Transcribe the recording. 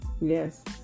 Yes